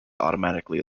automatically